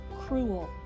cruel